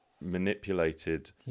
manipulated